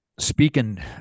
speaking